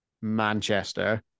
Manchester